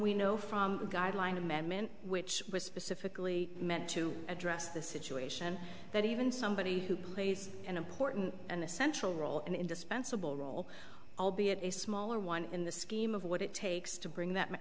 we know from a guideline amendment which was specifically meant to address the situation that even somebody who plays an important and essential role and indispensable albeit a smaller one in the scheme of what it takes to bring that